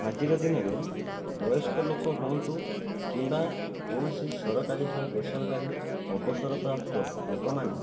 ଆଜିର ଦିନରେ ବୟସ୍କ ଲୋକ ହୁଅନ୍ତୁ କିମ୍ବା କୌଣସି ସରକାରୀ ହେଉ ବେସରକାରୀ ଅବସରପ୍ରାପ୍ତ ଲୋକମାନେ